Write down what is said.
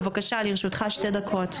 בבקשה, לרשותך שתי דקות.